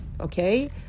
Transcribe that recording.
okay